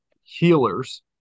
healers